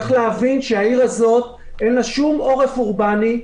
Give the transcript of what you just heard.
צריך להבין שלעיר הזאת אין שום עורף אורבני,